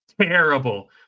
terrible